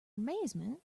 amazement